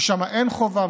ששם אין חובה,